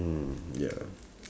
mm ya